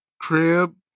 crib